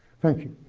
thank you.